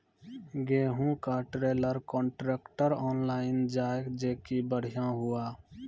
गेहूँ का trailer contractor online जाए जैकी बढ़िया हुआ